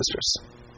sisters